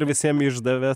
visiem išdavė